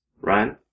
Ryan